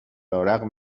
رغم